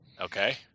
Okay